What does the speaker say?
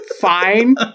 Fine